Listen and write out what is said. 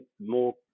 more